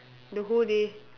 the whole day